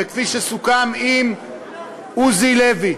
וכפי שסוכם עם עוזי לוי.